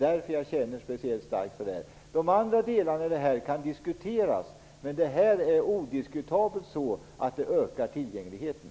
Därför upplever jag det så starkt. De andra delarna kan diskuteras, men det är odiskutabelt att det här kommer att öka tillgängligheten.